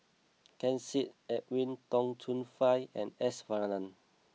Ken Seet Edwin Tong Chun Fai and S Varathan